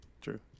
True